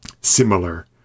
similar